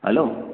hello